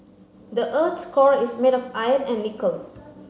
the earth's core is made of iron and nickel